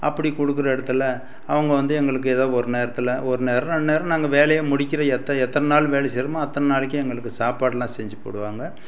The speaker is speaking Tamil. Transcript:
அப்படி கொடுக்குற இடத்துல அவங்க வந்து எங்களுக்கு ஏதோ ஒரு நேரத்தில் ஒரு நேரம் ரெண்டு நேரம் நாங்கள் வேலையை முடிக்கிற எத் எத்தனை நாள் வேலை செய்கிறோமோ அத்தனை நாளைக்கும் எங்களுக்கு சாப்பாடெலாம் செஞ்சு போடுவாங்க